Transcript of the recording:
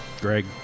Greg